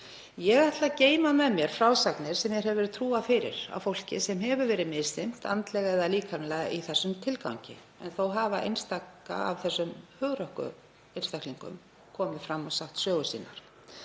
Ég ætla að geyma með mér frásagnir sem mér hefur verið trúað fyrir af fólki sem hefur verið misþyrmt andlega eða líkamlega í slíkum tilgangi, en þó hefur einn og einn af þessum hugrökku einstaklingum komið fram og sagt sögu sína.